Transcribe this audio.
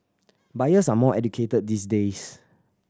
buyers are more educated these days